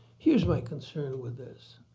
here's my concern with this.